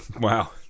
Wow